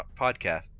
podcast